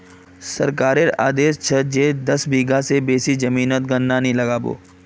सरकारेर आदेश छ जे दस बीघा स बेसी जमीनोत गन्ना नइ लगा बो